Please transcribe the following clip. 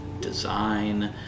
design